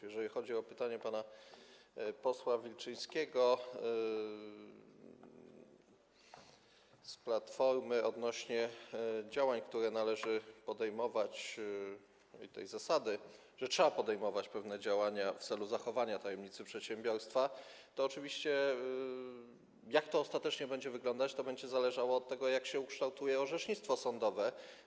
Jeżeli chodzi o pytanie pana posła Wilczyńskiego z Platformy odnośnie do działań, które należy podejmować, i zasady, że trzeba podejmować pewne działania w celu zachowania tajemnicy przedsiębiorstwa, to oczywiście jak to ostatecznie będzie wyglądać, to będzie zależało od tego, jak się ukształtuje orzecznictwo sądowe.